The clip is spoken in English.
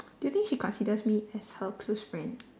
do you think she considers me as her close friend